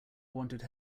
wanted